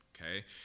okay